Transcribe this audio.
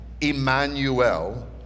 Emmanuel